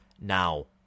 Now